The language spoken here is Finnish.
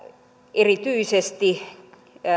erityisesti